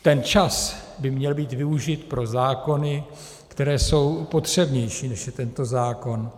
Ten čas by měl být využit pro zákony, které jsou potřebnější, než je tento zákon.